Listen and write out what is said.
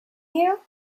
you